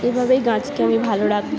এভাবেই গাছকে আমি ভালো রাখবো